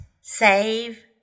save